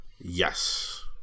Yes